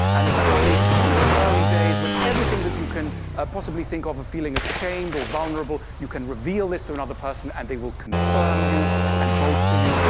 and there's that lovely you know early days when everything that you can ah possibly think of, of feeling ashamed or vulnerable, you can reveal this to another person, and they will confirm you and bolster you.